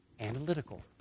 analytical